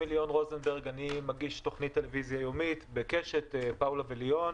אני מגיש תוכנית טלוויזיה יומית בקשת בשם "פאולה וליאון".